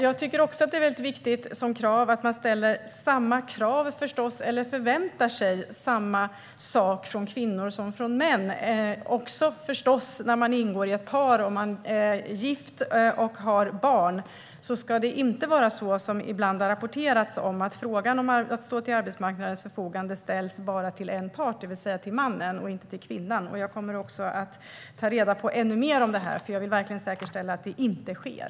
Det är också viktigt att det ställs samma krav på eller förväntas samma sak från kvinnor som från män. Om man är en del av ett par, är gift och har barn, ska det inte vara på det sättet, vilket det ibland har rapporterats om, att frågan om att stå till arbetsmarknadens förfogande bara ställs till en part, det vill säga till mannen och inte till kvinnan. Jag kommer att ta reda på ännu mer om det. Jag vill verkligen säkerställa att det inte sker.